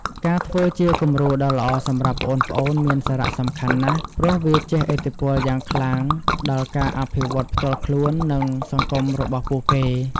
ការធ្វើជាគំរូដ៏ល្អសម្រាប់ប្អូនៗមានសារៈសំខាន់ណាស់ ព្រោះវាជះឥទ្ធិពលយ៉ាងខ្លាំងដល់ការអភិវឌ្ឍផ្ទាល់ខ្លួន និងសង្គមរបស់ពួកគេ ។